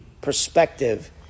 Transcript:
perspective